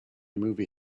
movie